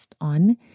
on